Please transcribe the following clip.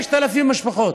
5,000 משפחות.